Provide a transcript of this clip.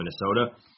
Minnesota